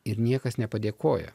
ir niekas nepadėkoja